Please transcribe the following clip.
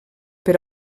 per